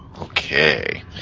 Okay